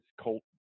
colt